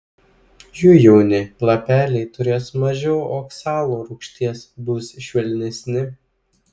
jų jauni lapeliai turės mažiau oksalo rūgšties bus švelnesni